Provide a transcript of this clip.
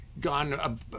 gone